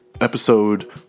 episode